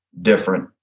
different